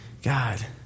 God